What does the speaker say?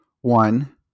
one